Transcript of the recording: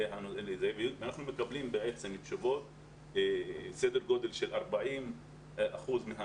אנחנו בעצם מקבלים תשובות בסדר גודל של 40 אחוזים.